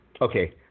Okay